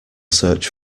search